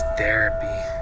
therapy